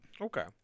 Okay